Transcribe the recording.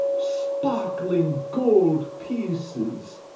sparkling gold pieces.